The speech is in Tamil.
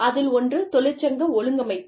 அதில் ஒன்று தொழிற்சங்க ஒழுங்கமைப்பு